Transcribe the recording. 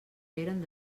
eren